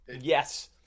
Yes